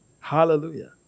Hallelujah